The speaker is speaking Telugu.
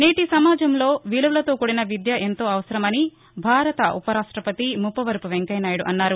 నేటి సమాజంలో విలువలతో కూడిన విద్య ఎంతో అవసరమని భారత ఉప రాష్టపతి ముప్పవరపు వెంకయ్య నాయుడు అన్నారు